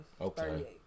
Okay